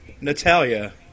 Natalia